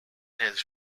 his